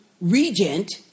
regent